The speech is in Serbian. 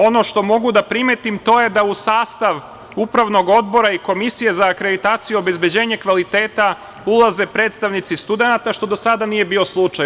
Ono što mogu da primetim to je da u sastav Upravnog odbora i Komisije za akreditaciju i obezbeđenje kvaliteta ulaze predstavnici studenta, što do sada nije bio slučaj.